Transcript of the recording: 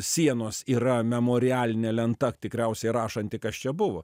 sienos yra memorialinė lenta tikriausiai rašanti kas čia buvo